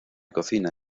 cocina